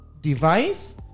device